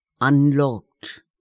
UNLOCKED